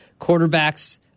Quarterbacks